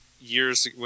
years